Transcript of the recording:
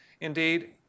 Indeed